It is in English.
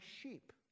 sheep